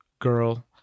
girl